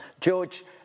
George